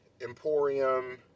emporium